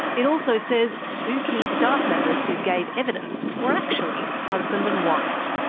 it also says two key staff members who gave evidence were actually husband and wife.